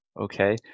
Okay